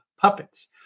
puppets